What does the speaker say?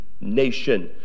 nation